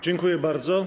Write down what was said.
Dziękuję bardzo.